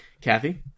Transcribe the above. Kathy